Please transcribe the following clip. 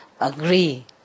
agree